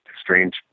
strange